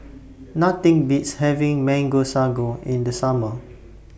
Nothing Beats having Mango Sago in The Summer